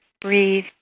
breathe